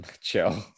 chill